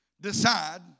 decide